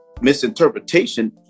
misinterpretation